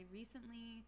recently